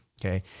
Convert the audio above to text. Okay